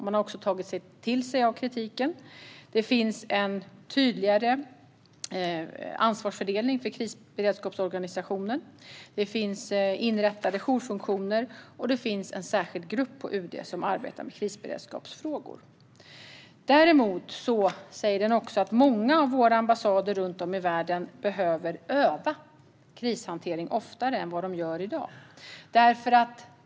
Man har också tagit till sig av kritiken. Det finns en tydligare ansvarsfördelning för krisberedskapsorganisationen. Det finns inrättade jourfunktioner, och det finns en särskild grupp på UD som arbetar med krisberedskapsfrågor. Däremot säger man också att många av Sveriges ambassader runt om i världen behöver öva krishantering oftare än de gör i dag.